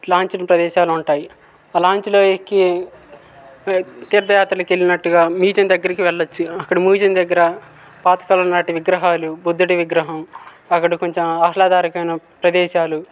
launching ప్రదేశాలు ఉంటాయి ఆ లాంచ్లో ఎక్కి తీర్థయాత్రలకు వెళ్ళినట్లుగా మ్యూజియం దగ్గరకు వెళ్ళవచ్చు అక్కడ మ్యూజియం దగ్గర పాతకాలం నాటి విగ్రహాలు బుద్ధిడి విగ్రహం అక్కడ కొంచెం ఆహ్లాదకరమైన ప్రదేశాలు